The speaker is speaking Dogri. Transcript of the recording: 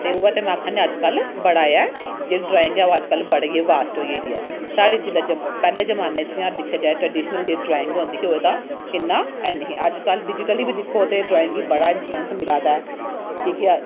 ते उ'ऐ ते में आखा नीं अजकल्ल बड़ा ऐ जेह्ड़ी ड्राइंग ऐ ओह् अजकल्ल बड़ी गै वास्ट होई गेदी ऐ साढ़ी जिल्लै ज पैह्ले जमान्ने च जि'यां दिक्खेआ जाए ते ट्रडिशनल जेह्ड़ी ड्राइंग होंदी ही ओह् ओह्दा इ'यां हैन्नी ही अजकल्ल डिजीटली बी दिक्खो ते ड्राइंग गी बड़ा इंफ्लुऐंस मिला दा ऐ कि के